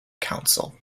council